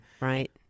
right